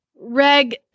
Reg